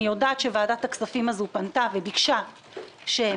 שאני יודעת שוועדת הכספים הזו פנתה וביקשה שמשרד